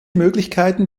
möglichkeiten